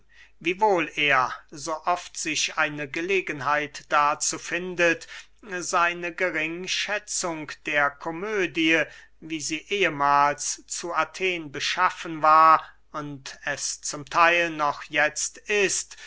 wiewohl er so oft sich eine gelegenheit dazu findet seine geringschätzung der komödie wie sie ehemahls zu athen beschaffen war und es zum theil noch jetzt ist